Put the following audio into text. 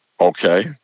Okay